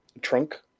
Trunk